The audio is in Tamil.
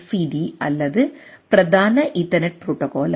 டிCSMACD அல்லது பிரதான ஈதர்நெட் ப்ரோடோகால் ஆகும்